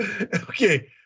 Okay